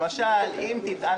למשל אם תיטען